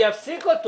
אני אפסיק אותו,